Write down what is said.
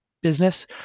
business